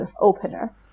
opener